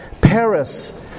Paris